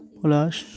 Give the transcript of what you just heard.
পলাশ